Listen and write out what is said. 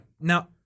Now